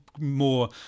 more